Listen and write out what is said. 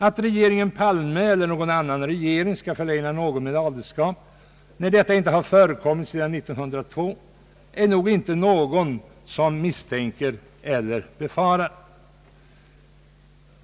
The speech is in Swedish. Att regeringen Palme eller någon annan regering skall förläna någon adelskap, när detta inte förekommit sedan 1902, kan man varken misstänka eller befara.